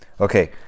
Okay